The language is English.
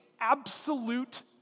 absolute